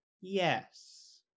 Yes